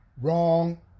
Wrong